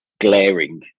glaring